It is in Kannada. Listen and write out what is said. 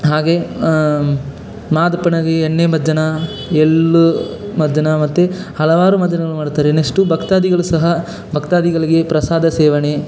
ಹಾಗೆ ಮಾದಪ್ಪನಿಗೆ ಎಣ್ಣೆ ಮಜ್ಜನ ಎಳ್ಳು ಮಜ್ಜನ ಮತ್ತು ಹಲವಾರು ಮಜ್ಜನಗಳನ್ನು ಮಾಡುತ್ತಾರೆ ನೆಕ್ಸ್ಟು ಭಕ್ತಾದಿಗಳಿಗೂ ಸಹ ಭಕ್ತಾದಿಗಳಿಗೆ ಪ್ರಸಾದ ಸೇವನೆ